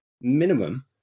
minimum